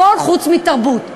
הכול חוץ מתרבות,